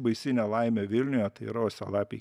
baisi nelaimė vilniuje tai yra uosialapiai